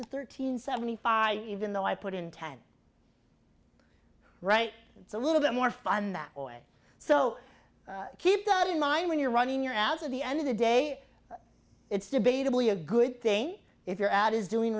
to thirteen seventy five even though i put in ten right it's a little bit more fun that way so keep that in mind when you're running your ads or the end of the day it's debatably a good thing if your ad is doing